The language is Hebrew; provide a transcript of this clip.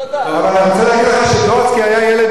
אבל אני רוצה להגיד לך שטרוצקי היה ילד ב"חדר",